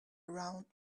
around